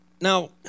Now